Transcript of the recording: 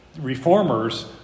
reformers